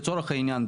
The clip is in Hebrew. לצורך העניין,